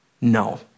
no